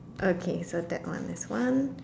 okay so that one is one